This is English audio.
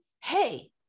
hey